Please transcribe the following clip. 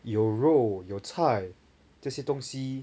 有肉有菜这些东西